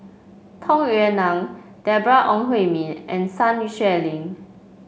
Tung Yue Nang Deborah Ong Hui Min and Sun Xueling